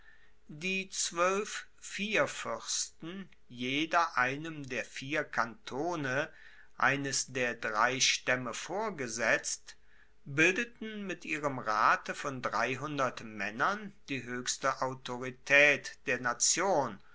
die zwoelf vierfuersten jeder einem der vier kantone eines der drei staemme vorgesetzt bildeten mit ihrem rate von dreihundert maennern die hoechste autoritaet der nation